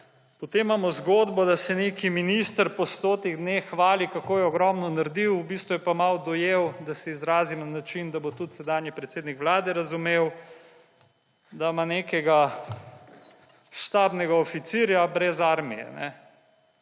Potem imamo zgodbo, da se neki minister po sto dneh hvali, kako je ogromno naredil, v bistvu je pa malo dojel, da se izrazim na način, da bo tudi sedanji predsednik vlade razumel, da ima nekega štabnega oficirja brez armije.